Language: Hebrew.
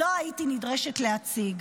לא הייתי נדרשת להציג.